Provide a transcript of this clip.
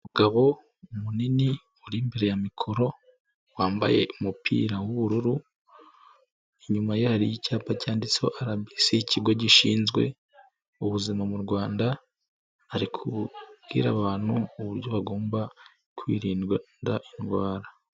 Umugabo munini uri imbere ya mikoro wambaye umupira w'ubururu, inyuma ye hariyo icyapa cyanditseho RBC, ikigo gishinzwe ubuzima mu Rwanda, ari kubwira abantu uburyo bagomba kwirinda indwara.